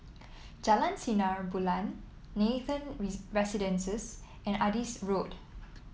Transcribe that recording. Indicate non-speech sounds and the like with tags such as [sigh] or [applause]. Jalan Sinar Bulan Nathan [unintelligible] Residences and Adis Road